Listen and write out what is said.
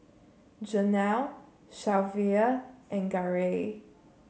Janel Shelvia and Garey